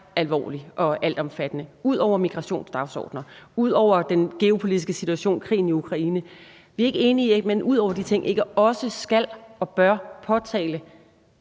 alvorlig og altomfattende, ud over migrationsdagsordenerne, ud over den geopolitiske situation, krigen i Ukraine, altså ud over de ting, skal og bør påtale